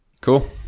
Cool